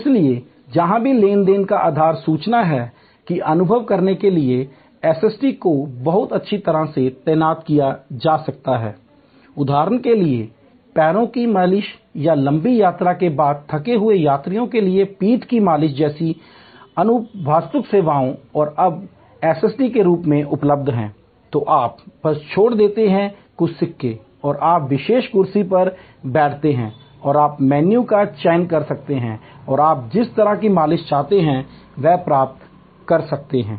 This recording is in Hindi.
इसलिए जहाँ भी लेन देन का आधार सूचना है कि अनुभव करने के लिए एसएसटी को बहुत अच्छी तरह से तैनात किया जा सकता है उदाहरण के लिए पैरों की मालिश या लंबी यात्रा के बाद थके हुए यात्रियों के लिए पीठ की मालिश जैसी कुछ अनुभवात्मक सेवाएँ और अब एसएसटी के रूप में उपलब्ध है तो आप बस छोड़ देते हैं कुछ सिक्के और आप विशेष कुर्सी पर बैठते हैं और आप मेनू का चयन कर सकते हैं और आप जिस तरह की मालिश चाहते हैं वह प्राप्त कर सकते हैं